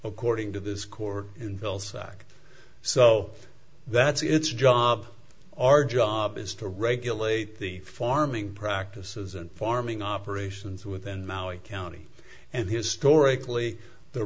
according to this court in vilsack so that's its job our job is to regulate the farming practices and farming operations within maui county and historically the